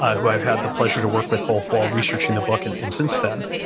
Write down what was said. ah who i've had the pleasure to work with both while researching the book and and since then.